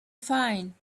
fine